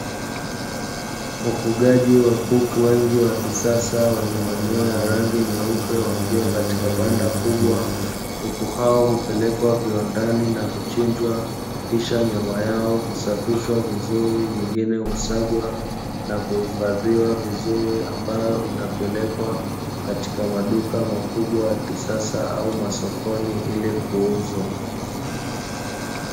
Ufugaji wa kuku wengi wa kisasa, wenye manyoya ya rangi nyeupe wakiwa katika banda kubwa. Kuku hao hupelekwa viwandani na kuchinjwa, kisha nyama yao husafishwa vizuri, nyingine husagwa na kuhifadhiwa vizuri, ambayo inapelekwa katika maduka makubwa ya kisasa au masokoni ili kuuzwa.